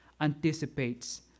anticipates